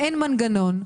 מעין מנגנון,